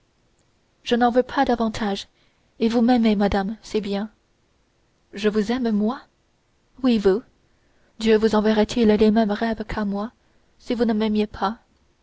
je n'en veux pas davantage et vous m'aimez madame c'est bien je vous aime moi oui vous dieu vous enverrait il les mêmes rêves qu'à moi si vous ne m'aimiez pas